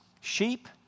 sheep